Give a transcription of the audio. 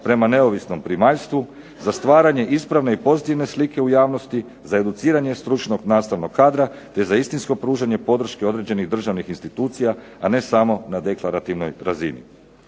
prema neovisnom primaljstvu za stvaranje ispravne i pozitivne slike u javnosti, za educiranje stručnog nastavnog kadra, te za istinsko pružanje podrške određenih državnih institucija, a ne samo na deklarativnoj razini.